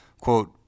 quote